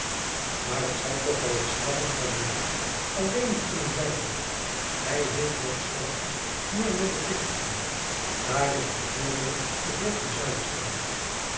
maar het zal toch by het straffen van buat alleen niet kunnen blijven hy heeft nog stellig meer medeplichtigen daar is b v de heer van